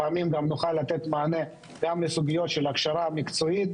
לפעמים נוכל לתת מענה גם לסוגיות של הכשרה מקצועית.